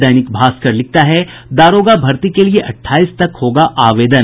दैनिक भास्कर लिखता है दारोगा भर्ती के लिए अट्ठाईस तक होगा आवेदन